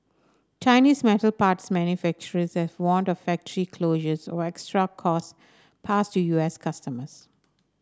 Chinese metal parts manufacturers have warned of factory closures or extra costs passed to U S customers